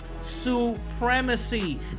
supremacy